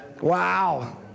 Wow